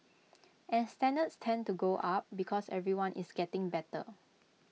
and standards tend to go up because everyone is getting better